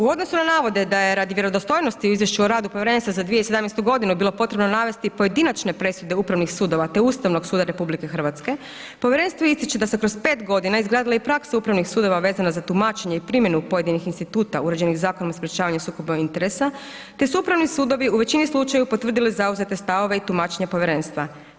U odnosu na navode da je radi vjerodostojnosti u Izvješću o radu Povjerenstva za 2017. godinu bilo potrebno navesti pojedinačne presude upravnih sudova te Ustavnog suda RH Povjerenstvo ističe da se kroz 5 godina izgradila i praksa upravnih sudova vezana za tumačenje i primjenu pojedinih instituta uređenih Zakonom o sprječavanju interesa te su upravni sudovi u većini slučajeva potvrdili zauzete stavove i tumačenja povjerenstva.